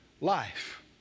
life